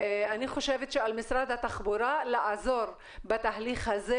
אני חושבת שעל משרד התחבורה לעזור בתהליך הזה